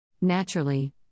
Naturally